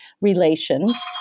relations